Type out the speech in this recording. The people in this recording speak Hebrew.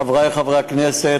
חברי חברי הכנסת,